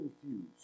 confused